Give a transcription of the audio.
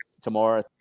tomorrow